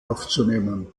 aufzunehmen